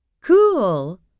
cool